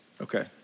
Okay